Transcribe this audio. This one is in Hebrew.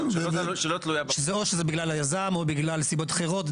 או שזה בגלל היזם, או בגלל סיבות אחרות.